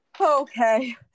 Okay